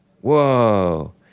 Whoa